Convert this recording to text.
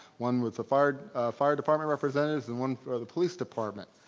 one with the fire fire department representatives and one for the police department.